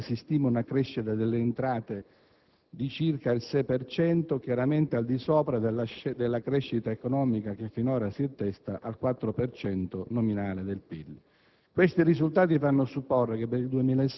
Infatti, con il primo semestre 2007 si stima una crescita delle entrate di circa il 6 per cento, chiaramente al di sopra della crescita economica che finora si attesta al 4 per cento nominale del PIL.